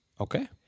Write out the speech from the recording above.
Okay